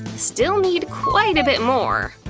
still need quite a bit more.